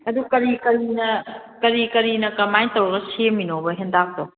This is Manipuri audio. ꯑꯗꯨ ꯀꯔꯤ ꯀꯔꯤꯅ ꯀꯔꯤ ꯀꯔꯤꯅ ꯀꯃꯥꯏꯅ ꯇꯧꯔꯒ ꯁꯦꯝꯃꯤꯅꯣꯕ ꯍꯦꯟꯇꯥꯛꯇꯣ